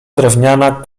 drewniana